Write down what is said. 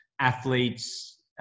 athletes